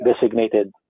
designated